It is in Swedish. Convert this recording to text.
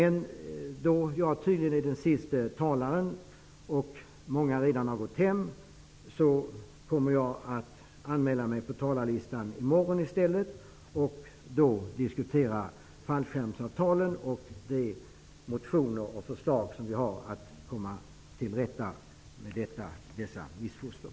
Men då jag tydligen är den siste talaren för i kväll och många redan har gått hem kommer jag att anmäla mig på talarlistan i morgon i stället och då diskutera fallskärmsavtalen och de motioner och förslag som vi har för att komma till rätta med dessa missfoster.